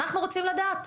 אנחנו רוצים לדעת.